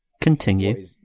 Continue